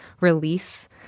release